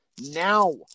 now